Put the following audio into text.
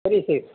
பெரிய சைஸ்